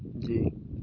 जी